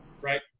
right